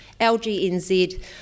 LGNZ